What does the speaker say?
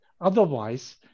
Otherwise